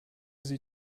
sie